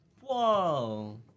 Whoa